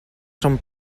són